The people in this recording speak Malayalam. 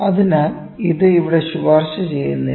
അതിനാൽ ഇത് ഇവിടെ ശുപാർശ ചെയ്യുന്നില്ല